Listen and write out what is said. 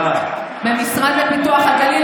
במשרד לפיתוח הגליל,